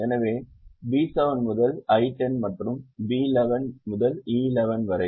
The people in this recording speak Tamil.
எனவே B7 முதல் I10 மற்றும் B11 முதல் E11 வரை